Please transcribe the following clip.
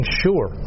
sure